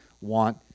want